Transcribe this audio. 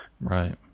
Right